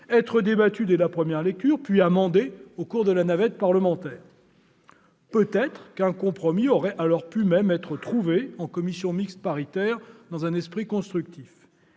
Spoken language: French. être débattu dès la première lecture, puis amendé au cours de la navette. Peut-être un compromis aurait-il même pu alors être trouvé en commission mixte paritaire, dans un esprit constructif.